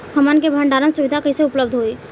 हमन के भंडारण सुविधा कइसे उपलब्ध होई?